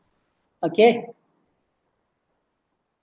okay